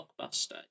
blockbuster